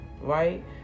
right